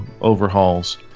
overhauls